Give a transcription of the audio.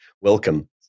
welcome